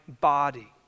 body